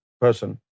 person